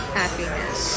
happiness